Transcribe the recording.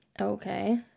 Okay